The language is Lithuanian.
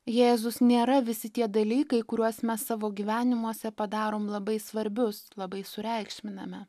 jėzus nėra visi tie dalykai kuriuos mes savo gyvenimuose padarom labai svarbius labai sureikšminame